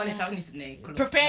prepare